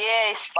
Yes